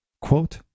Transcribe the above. quote